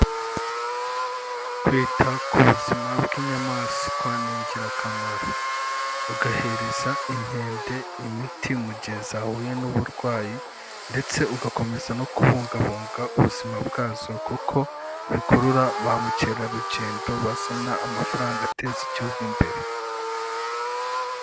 Kwita ku buzima bw'inyamaswa ni ingirakamaro, ugahereza inkende imiti mu gihe zahuye n'uburwayi ndetse ugakomeza no kubungabunga ubuzima bwazo, kuko bikurura ba mukerarugendo bazana amafaranga ateza igihugu imbere.